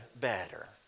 better